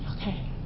okay